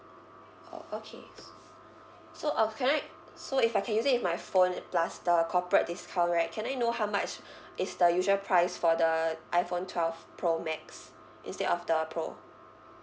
orh okay s~ so uh f~ can I so if I can use it with my phone plus the corporate discount right can I know how much is the usual price for the iphone twelve pro max instead of the pro